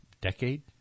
decade